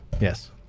Yes